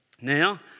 Now